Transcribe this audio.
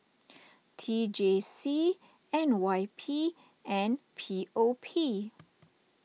T J C N Y P and P O P